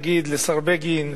נגיד לשר בגין,